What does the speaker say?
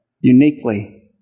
uniquely